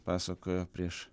pasakojo prieš